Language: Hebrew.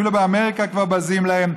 אפילו כבר באמריקה בזים להם.